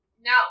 No